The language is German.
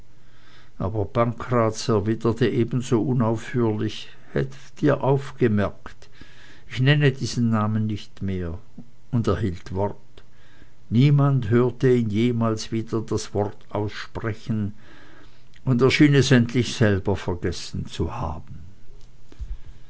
aber pankraz erwiderte ebenso unaufhörlich hättet ihr aufgemerkt ich nenne diesen namen nicht mehr und er hielt wort niemand hörte ihn jemals wieder das wort aussprechen und er schien es endlich selbst vergessen zu haben